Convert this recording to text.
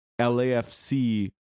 LAFC